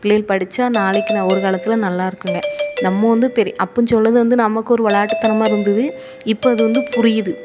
புள்ளைகள் படித்தா நாளைக்கு நான் ஒரு காலத்தில் நல்லா இருக்கும்ங்க நம்ம வந்து அப்போது சொன்னது வந்து நமக்கு ஒரு விளாட்டுத்தனமா இருந்தது இப்போது அது வந்து புரியுது